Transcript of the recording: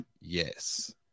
Yes